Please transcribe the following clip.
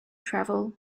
travel